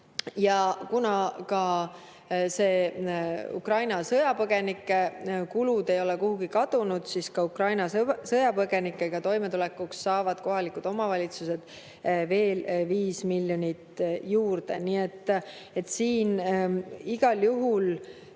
Ja kuna ka Ukraina sõjapõgenike kulud ei ole kuhugi kadunud, siis ka Ukrainas sõjapõgenikega toimetulekuks saavad kohalikud omavalitsused veel 5 miljonit juurde. Nii et siin igal juhul